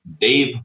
dave